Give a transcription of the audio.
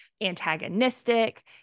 antagonistic